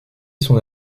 son